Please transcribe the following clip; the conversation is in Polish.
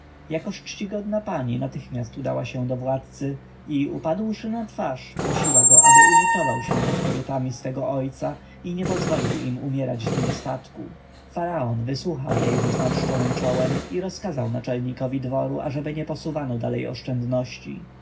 jakoż czcigodna pani natychmiast udała się do władcy i upadłszy na twarz prosiła go aby ulitował się nad kobietami swego ojca i nie pozwolił im umierać z niedostatku faraon wysłuchał jej ze zmarszczonem czołem i rozkazał naczelnikowi dworu ażeby nie posuwano dalej oszczędności